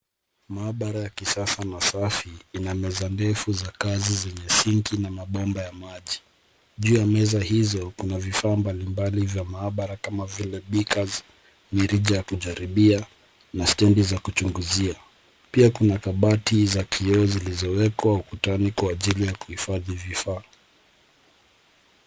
Maabara ya kisasa masafi, ina meza ndefu za kazi zenye sinki na mabomba ya maji. Juu ya meza hizo kuna vifaa mbalimbali vya maabara kama vile beakers mirija ya kujaribia na stendi za kuchunguzia. Pia kuna kabati za kioo zilizowekwa ukutani kwa ajili ya kuhifadhi vifaa.